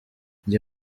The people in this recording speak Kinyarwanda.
njye